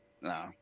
No